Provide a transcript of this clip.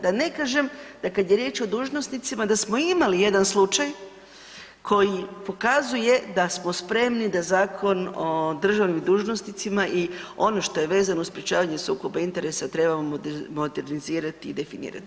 Da ne kažem da kad je riječ o dužnosnicima da smo imali jedan slučaj koji pokazuje da smo spremni da Zakon o državnim dužnosnicima i ono što je vezano uz sprječavanje sukoba interesa trebamo modernizirati i definirat.